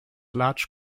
large